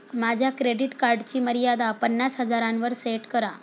माझ्या क्रेडिट कार्डची मर्यादा पन्नास हजारांवर सेट करा